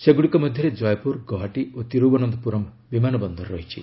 ସେଗୁଡ଼ିକ ମଧ୍ୟରେ କୟପୁର ଗୌହାଟୀ ଓ ତିରୁବନନ୍ତପୁରମ୍ ବିମାନ ବନ୍ଦର ରହିଛି